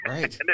Right